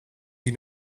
die